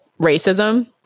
racism